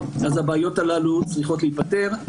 אז הבעיות הללו צריכות להיפתר.